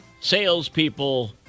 salespeople